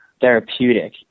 therapeutic